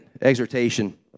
exhortation